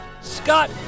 Scott